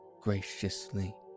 graciously